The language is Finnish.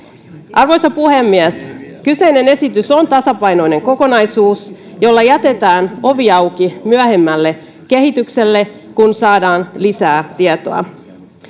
arvoisa puhemies kyseinen esitys on tasapainoinen kokonaisuus jolla jätetään ovi auki myöhemmälle kehitykselle kun saadaan lisää tietoa